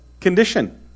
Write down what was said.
condition